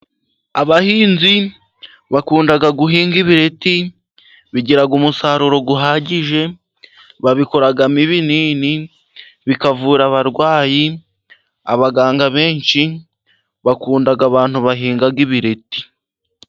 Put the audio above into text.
Abahinzi bakunda guhinga ibireti. Bigira umusaruro uhagije, babikoramo ibinini bikavura abarwayi. Abaganga benshi bakunda abantu bahinga ibireti.